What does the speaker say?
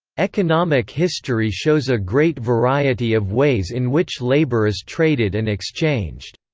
economic history shows a great variety of ways in which labour is traded and exchanged.